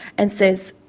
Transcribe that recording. and says,